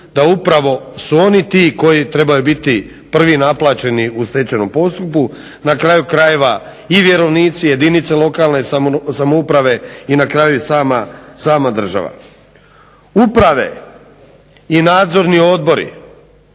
da upravo su oni ti koji trebaju biti prvi naplaćeni u stečajnom postupku, na kraju krajeva i vjerovnici i jedinice lokalne samouprave i na kraju sama država. Uprave i nadzorni odbori